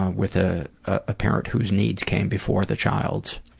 with ah a parent whose needs came before the child's?